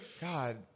God